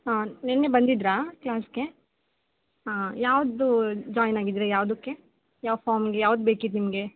ಹಾಂ ನಿನ್ನೆ ಬಂದಿದ್ದರಾ ಕ್ಲಾಸಿಗೆ ಹಾಂ ಯಾವ್ದು ಜಾಯ್ನ್ ಆಗಿದ್ರಿ ಯಾವುದಕ್ಕೆ ಯಾವ ಫಾಮಿಗೆ ಯಾವ್ದು ಬೇಕಿತ್ತು ನಿಮಗೆ